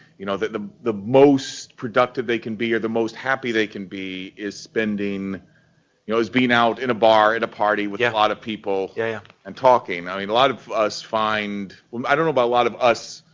you know the the most productive they can be, or the most happy they can be is spending, you know, is being out in a bar, at a party with yeah a lot of people yeah and talking. i mean a lot of us find, i don't know about a lot of us,